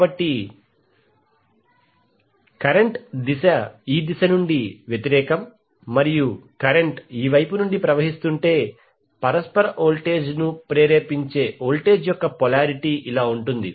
కాబట్టి కరెంట్ దిశ ఈ దిశ నుండి వ్యతిరేకం మరియు కరెంట్ ఈ వైపు నుండి ప్రవహిస్తుంటే పరస్పర వోల్టేజ్ను ప్రేరేపించే వోల్టేజ్ యొక్క పొలారిటీ ఇలా ఉంటుంది